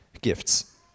gifts